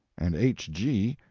and h. g,